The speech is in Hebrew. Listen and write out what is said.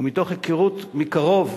ומתוך היכרות מקרוב,